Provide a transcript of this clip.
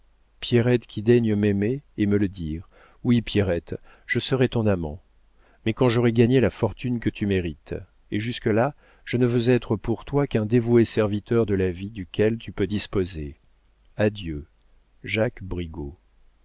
pierrette qui daignes m'aimer et me le dire oui pierrette je serai ton amant mais quand j'aurai gagné la fortune que tu mérites et jusque-là je ne veux être pour toi qu'un dévoué serviteur de la vie duquel tu peux disposer adieu jacques